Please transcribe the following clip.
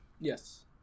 yes